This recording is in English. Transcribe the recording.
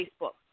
Facebook